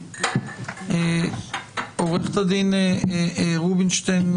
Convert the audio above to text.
עו"ד הדין רובינטשיין,